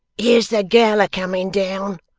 here's the gal a comin down